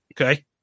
Okay